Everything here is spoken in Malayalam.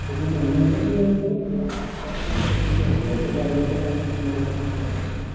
പിന്നെ കണ്ടംപററി ആവുമ്പോൾ കുറച്ചുകൂടെ ശ്രദ്ധിക്കണം യോഗ കാര്യങ്ങൾ പ്രാക്ടീസ് ചെയ്താൽ കുറച്ചുകൂടെ നല്ലതായിരിക്കും